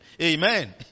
Amen